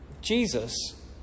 Jesus